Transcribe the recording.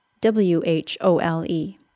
W-H-O-L-E